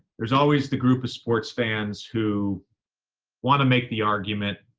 there's always the group of sports fans who want to make the argument,